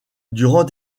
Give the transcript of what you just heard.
durant